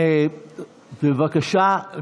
בבקשה,